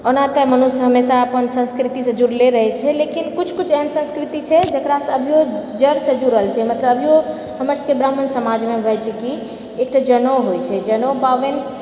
ओना तऽ मनुष्य हमेशा अपन संस्कृति से जुड़ले रहै छै लेकिन किछु किछु एहन संस्कृति छै जकरासँ अभियो जड़सँ जुड़ल छै मतलब अभियो हमर सबके ब्राह्मण समाजमे होय छै कि एकटा जनेउ होय छै जनेउ पाबनि